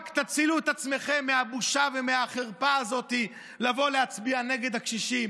רק תצילו את עצמכם מהבושה ומהחרפה הזאת של לבוא ולהצביע נגד הקשישים,